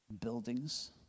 buildings